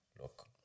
look